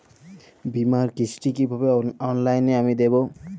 বীমার কিস্তি কিভাবে অনলাইনে আমি দেবো?